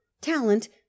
talent